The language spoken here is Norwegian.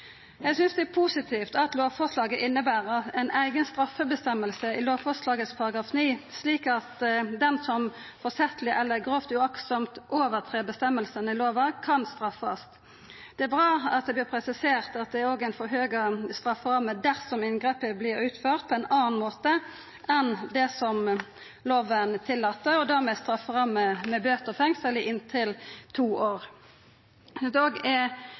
Eg synest det er positivt at lovforslaget inneber ein eigen straffeføresegn i lovforslagets § 9, slik at «den som forsettlig eller grovt uaktsomt overtrer bestemmelsene i loven, kan straffes». Det er bra at det vert presisert at det òg er ei auka strafferamme dersom inngrepet vert utført på ein annan måte enn det som loven tillèt, og då med ei strafferamme med bøter eller fengsel i inntil to år.